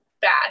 bad